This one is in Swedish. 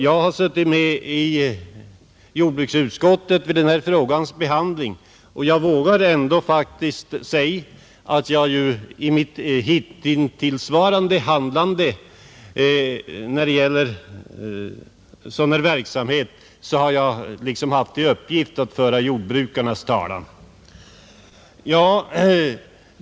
Jag har suttit med i jordbruksutskottet vid den här frågans behandling, och jag vågar ändå säga att jag i mitt handlande hittills när det gällt sådan här verksamhet har känt som min uppgift att föra jordbrukarnas talan.